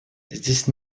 здесь